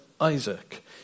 Isaac